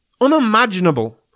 unimaginable